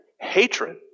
hatred